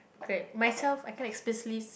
correct myself I cannot explicitly